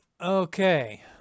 Okay